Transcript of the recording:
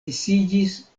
disiĝis